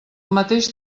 mateix